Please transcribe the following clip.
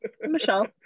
Michelle